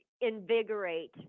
invigorate